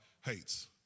hates